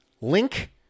Link